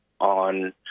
on